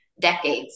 decades